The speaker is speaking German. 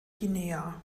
guinea